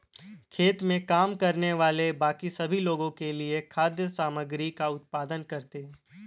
खेत में काम करने वाले बाकी सभी लोगों के लिए खाद्य सामग्री का उत्पादन करते हैं